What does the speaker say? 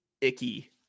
icky